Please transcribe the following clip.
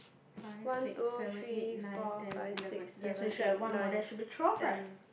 five six seven eight nine ten eleven yes we should have one more there should be twelve right